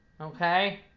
Okay